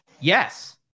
Yes